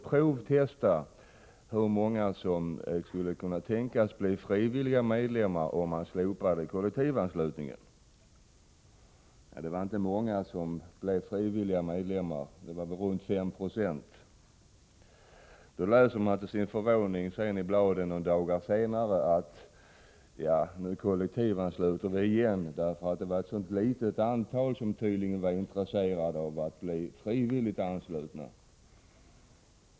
Man skulle testa hur många som skulle kunna tänkas bli frivilliga medlemmar om kollektivanslutningen slopades, och det var inte många — omkring 5 Jo. Några dagar senare kunde man, och det är förvånande, i bladen läsa: Nu kollektivansluter vi igen. Det var tydligen ett litet antal människor som var intresserade av att bli frivilligt anslutna.